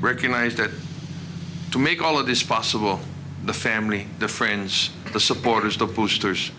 recognize that to make all of this possible the family the friends the supporters the boosters